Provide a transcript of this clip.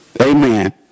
amen